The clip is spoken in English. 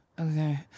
okay